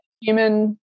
human